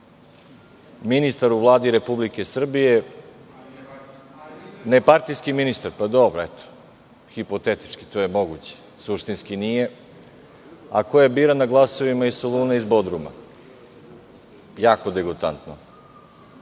ministar u Vladi Republike Srbije, nepartijski ministar, dobro, to je hipotetički moguće, a suštinski nije, a koja je birana glasovima iz Soluna i iz Bodruma. Jako degutantno,